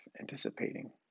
anticipating